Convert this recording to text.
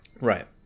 right